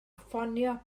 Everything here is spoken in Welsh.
ffonio